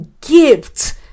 gift